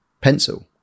pencil